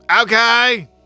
okay